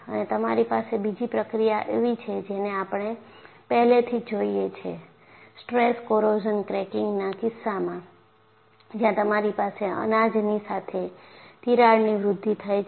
અને તમારી પાસે બીજી પ્રક્રિયા એવી છેજેને આપણે પહેલેથી જ જોઈ છે કે સ્ટ્રેસ કોરોઝન ક્રેકીંગના કિસ્સામાં જ્યાં તમારી પાસે અનાજની સાથે તિરાડની વૃદ્ધિ થાય છે